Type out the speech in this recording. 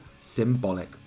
Symbolic